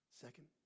Second